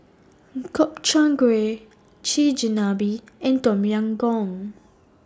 Gobchang Gui Chigenabe and Tom Yam Goong